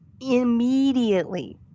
immediately